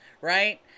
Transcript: right